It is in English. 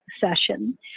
session